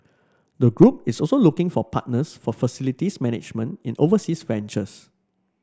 the group is also looking for partners for facilities management in overseas ventures